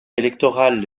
électorale